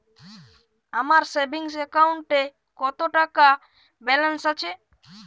আমার সেভিংস অ্যাকাউন্টে কত টাকা ব্যালেন্স আছে?